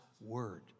Word